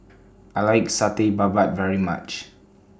I like Satay Babat very much